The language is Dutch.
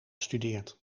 studeert